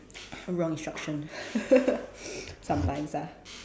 wrong instruction sometimes ah